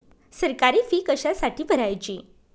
सरकारी फी कशासाठी भरायची